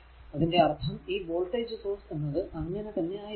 അതിന്റെ അർഥം ഈ വോൾടേജ് സോഴ്സ് എന്നത് അങ്ങനെ തന്നെ ആയിരിക്കും